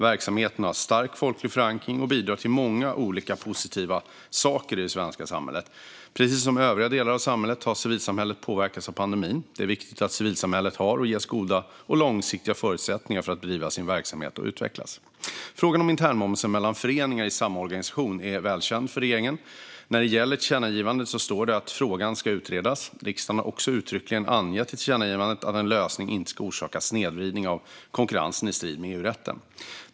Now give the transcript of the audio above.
Verksamheten har stark folklig förankring och bidrar till många olika positiva saker i det svenska samhället. Precis som övriga delar av samhället har civilsamhället påverkats av pandemin. Det är viktigt att civilsamhället har och ges goda och långsiktiga förutsättningar för att bedriva sin verksamhet och utvecklas. Frågan om internmoms mellan föreningar i samma organisation är välkänd för regeringen. När det gäller tillkännagivandet står det att frågan ska utredas. Riksdagen har också uttryckligen angett i tillkännagivandet att en lösning inte ska orsaka snedvridning av konkurrensen i strid med EU-rätten.